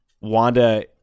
Wanda